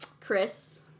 Chris